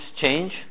change